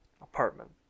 apartment